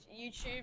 YouTube